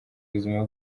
ubuzima